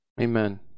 Amen